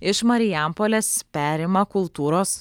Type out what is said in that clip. iš marijampolės perima kultūros